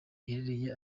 riherereye